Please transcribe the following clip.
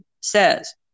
says